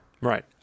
Right